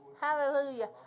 Hallelujah